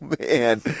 man